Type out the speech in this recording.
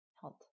health